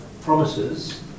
promises